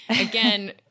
Again